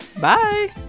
Bye